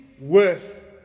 worth